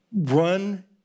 run